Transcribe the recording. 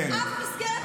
אף מסגרת לא נסגרה.